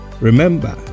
remember